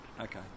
Okay